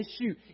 issue